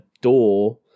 door